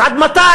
אז עד מתי?